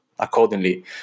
Accordingly